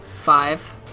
Five